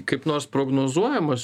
kaip nors prognozuojamas